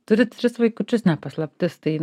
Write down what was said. turi tris vaikučius ne paslaptis tai